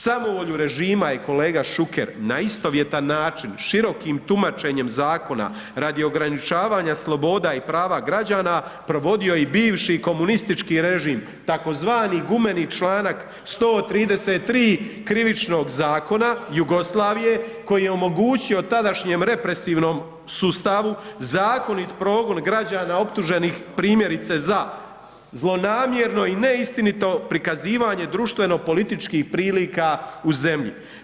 Samovolju režima je kolega Šuker na istovjetan način širokim tumačenjem zakona radi ograničavanja sloboda i prava građana provodio i bivši komunistički režim tzv. gumeni čl. 133 krivičnog zakona Jugoslavije, koji je omogućio tadašnjem represivnom sustavu, zakonit progon građana optuženih primjerice za zlonamjerno i neistinito prikazivanje društveno politički prilika u zemlji.